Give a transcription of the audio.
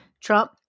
trump